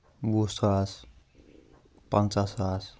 وُہ ساس پنٛژاہ ساس